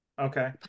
Okay